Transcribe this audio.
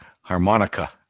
Harmonica